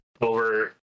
over